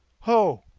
ho!